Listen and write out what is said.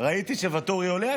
ראיתי שוואטורי עולה,